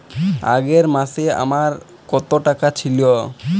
আগের মাসে আমার কত টাকা ছিল?